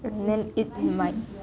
and then it might